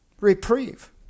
reprieve